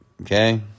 okay